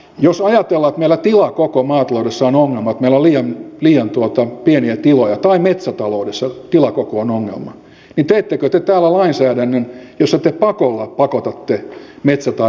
jos ajatellaan että meillä tilakoko maataloudessa on ongelma että meillä on liian pieniä tiloja tai metsätaloudessa tilakoko on ongelma niin teettekö te täällä lainsäädännön jossa te pakolla pakotatte metsä tai maatiloja yhteen